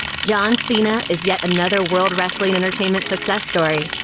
john cena is yet another world wrestling entertainment success story.